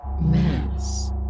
Mass